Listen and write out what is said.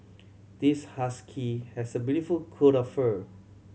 this husky has a beautiful coat of fur